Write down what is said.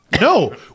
no